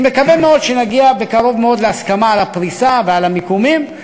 אני מקווה שנגיע בקרוב מאוד להסכמה על הפריסה ועל המיקומים.